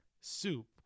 soup